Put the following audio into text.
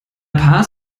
paz